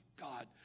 God